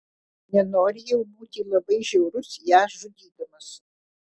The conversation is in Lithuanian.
nenori jau būti labai žiaurus ją žudydamas